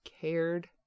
cared